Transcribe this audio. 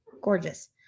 gorgeous